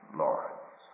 lords